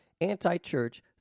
anti-church